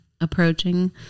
approaching